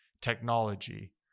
technology